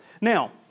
Now